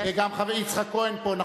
גם יצחק כהן פה.